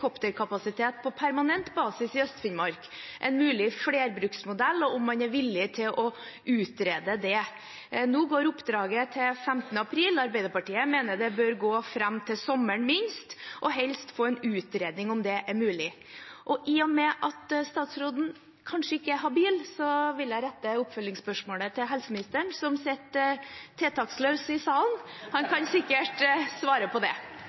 på permanent basis i Øst-Finnmark, en mulig flerbruksmodell, og om man er villig til å utrede det. Nå går oppdraget fram til 15. april. Arbeiderpartiet mener det minst bør gå fram til sommeren – og helst få en utredning om det er mulig. I og med at statsråden kanskje ikke er habil, vil jeg rette oppfølgingsspørsmålet til helseministeren, som sitter tiltaksløs i salen. Han kan sikkert svare på det.